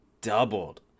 doubled